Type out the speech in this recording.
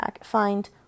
find